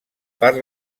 part